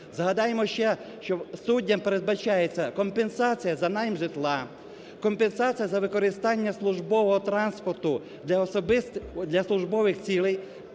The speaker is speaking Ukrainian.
Згадаймо ще, що суддям передбачається компенсація за найм житла, компенсація за використання службового транспорту для службових цілей.